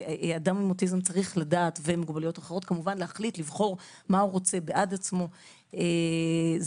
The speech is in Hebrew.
ואדם עם אוטיזם ומוגבלויות אחרות צריך לבחור בעד עצמו.